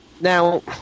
Now